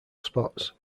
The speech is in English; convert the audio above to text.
spots